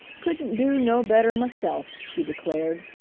couldn't do no better maself, she declared.